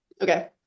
okay